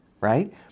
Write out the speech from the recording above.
Right